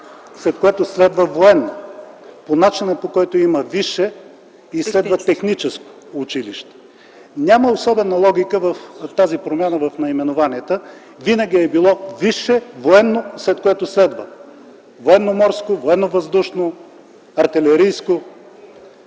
след което следва военно. По начина, по който има висше, следва техническо училище. Няма особена логика в тази промяна в наименованията. Винаги е било Висше военно, след което военноморско, военновъздушно, артилерийско